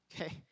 Okay